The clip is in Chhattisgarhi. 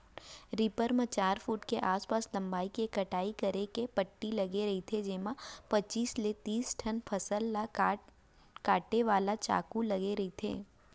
रीपर म चार फूट के आसपास लंबई के कटई करे के पट्टी लगे रहिथे जेमा पचीस ले तिस ठन फसल ल काटे वाला चाकू लगे रहिथे